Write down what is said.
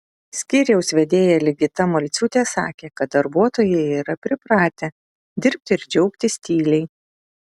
skyriaus vedėja ligita malciūtė sakė kad darbuotojai yra pripratę dirbti ir džiaugtis tyliai